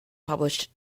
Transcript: published